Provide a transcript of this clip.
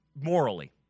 morally